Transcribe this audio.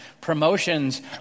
promotions